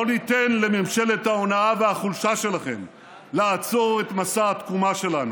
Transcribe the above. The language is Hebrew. לא ניתן לממשלת ההונאה והחולשה שלכם לעצור את מסע התקומה שלנו.